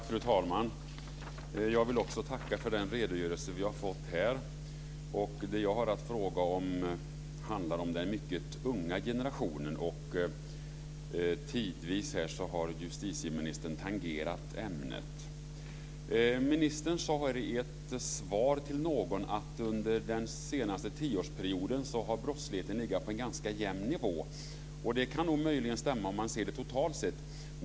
Fru talman! Jag vill också tacka för den redogörelse vi har fått här. Det jag har att fråga om handlar om den mycket unga generationen. Tidvis har justitieministern tangerat ämnet. Ministern sade i ett svar till någon att under den senaste tioårsperioden har brottsligheten legat på en ganska jämn nivå. Det kan möjligen stämma totalt sett.